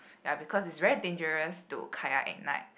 ya because is very dangerous to kayak at night